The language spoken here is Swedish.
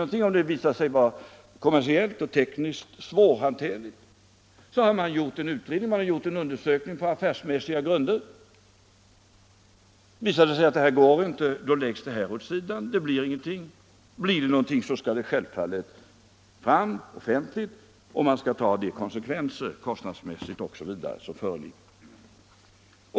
Om det visar sig vara kommersiellt och tekniskt svårhanterligt, så har man gjort en utredning på affärsmässiga grunder. Går det inte att genomföra så läggs det åt sidan — det blir ingenting av det. Blir det någonting, skall det självfallet läggas fram offentligt och man skall ta de konsekvenser kostnadsmässigt osv. som följer.